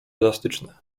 elastyczne